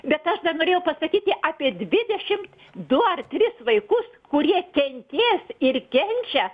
bet aš dar nenorėjau pastatyti apie dvidešimt du ar tris vaikus kurie kentės ir kenčia